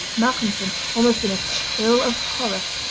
malcolmson, almost in a chill of horror,